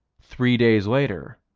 three days later,